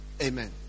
Amen